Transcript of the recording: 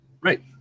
right